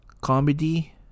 comedy